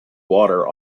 water